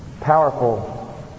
powerful